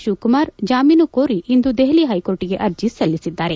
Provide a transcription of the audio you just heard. ಶಿವಕುಮಾರ್ ಜಾಮೀನು ಕೋಲಿ ಇಂದು ದೆಹಅ ಹೈಕೋರ್ಬ್ಗೆ ಅರ್ಜಿ ಸಲ್ಲಿಸಿದ್ದಾರೆ